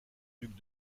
duc